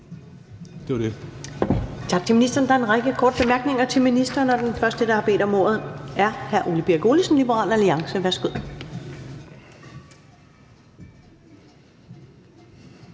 Det var det.